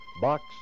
Box